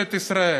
מממשלת ישראל.